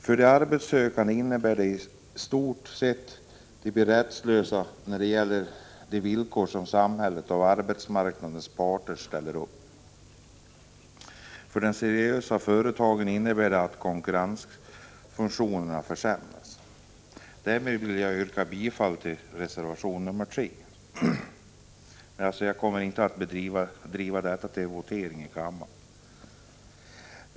För de arbetssökande innebär denna arbetsförmedling att de i stort sett blir rättslösa, utan hjälp av de villkor som samhället och arbetsmarknadens parter har ställt upp. För de seriösa företagen innebär den att konkurrenssituationen försämras. Med detta vill jag yrka bifall till reservation 3. Jag kommer dock inte att begära votering beträffande denna reservation.